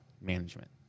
management